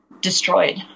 destroyed